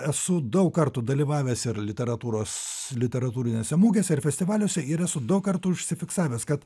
esu daug kartų dalyvavęs ir literatūros literatūrinėse mugėse ir festivaliuose ir esu daug kartų užsifiksavęs kad